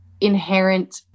inherent